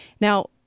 Now